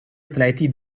atleti